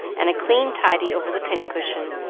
and a clean tidy over the pincushion.